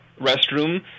restroom